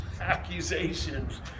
accusations